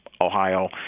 Ohio